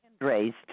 raised